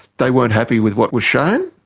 they weren't happy with what was shown.